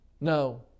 No